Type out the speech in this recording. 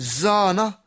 zana